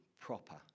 proper